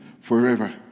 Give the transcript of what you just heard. forever